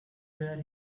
where